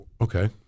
Okay